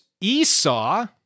Esau